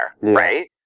Right